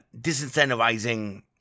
disincentivizing